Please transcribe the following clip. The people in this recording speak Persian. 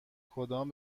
کدام